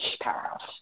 powerhouse